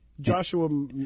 Joshua